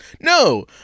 No